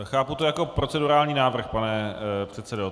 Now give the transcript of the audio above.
Chápu to jako procedurální návrh, pane předsedo.